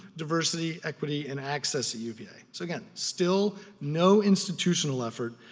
diversity, equity, and access at uva. so again, still no institutional effort,